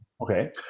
Okay